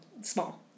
small